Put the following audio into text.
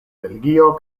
belgio